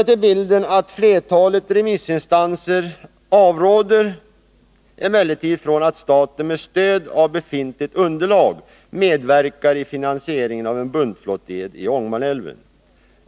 Till bilden hör att flertalet remissinstanser avråder från att staten med stöd av befintligt underlag medverkar i finansieringen av en buntflottled i Ångermanälven.